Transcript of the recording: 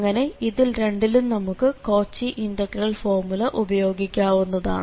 അങ്ങനെ ഇതിൽ രണ്ടിലും നമുക്ക് കോച്ചി ഇന്റഗ്രൽ ഫോർമുല ഉപയോഗിക്കാവുന്നതാണ്